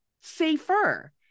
safer